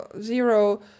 zero